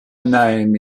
name